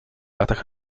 latach